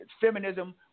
Feminism